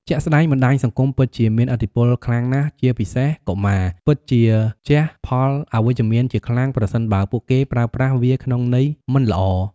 ជាក់ស្ដែងបណ្តាញសង្គមពិតជាមានឥទ្ធិពលខ្លាំងណាស់ជាពិសេសកុមារ ពិតជាជះផលអវិជ្ជមានជាខ្លាំងប្រសិនបើពួកគេប្រើប្រាស់វាក្នុងន័យមិនល្អ។